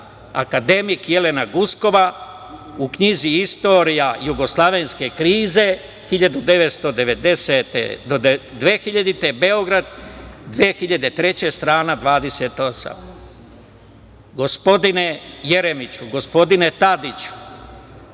Akademik Jelena Guskova, u knjizi „Istorija jugoslavenske krize 1990. do 2000.“Beograd, 2003. godine, strana 28.Gospodine Jeremiću, gospodine Tadiću,